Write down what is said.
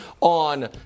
on